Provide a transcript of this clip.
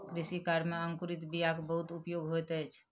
कृषि कार्य में अंकुरित बीयाक बहुत उपयोग होइत अछि